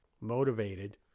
motivated